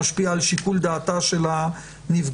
שמשפיע על שיקול דעתה של הנפגעת.